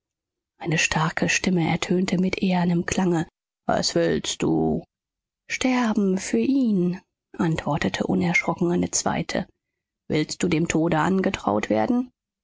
eine starke stimme ertönte mit ehernem klange was willst du sterben für ihn antwortete unerschrocken eine zweite willst du dem tode angetraut werden